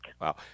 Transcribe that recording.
wow